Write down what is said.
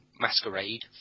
masquerade